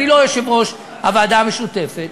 אני לא יושב-ראש הוועדה המשותפת,